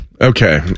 okay